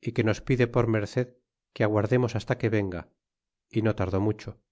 y que nos pide por merced que aguardemos hasta que venga y no tardó mucho